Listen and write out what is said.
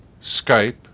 Skype